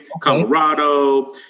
Colorado